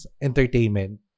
entertainment